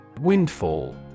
Windfall